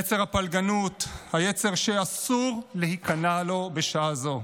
יצר הפלגנות, היצר שאסור להיכנע לו בשעה זו.